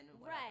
Right